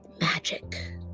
magic